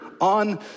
on